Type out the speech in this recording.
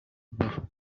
muyaga